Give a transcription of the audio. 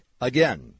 Again